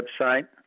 website